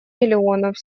миллионов